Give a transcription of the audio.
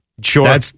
Sure